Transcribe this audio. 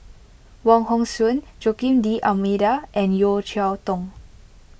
Wong Hong Suen Joaquim D'Almeida and Yeo Cheow Tong